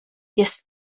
jest